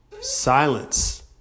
Silence